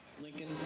Lincoln